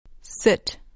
Sit